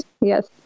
Yes